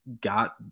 got